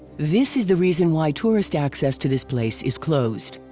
this is the reason why tourist access to this place is closed.